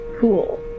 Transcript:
Cool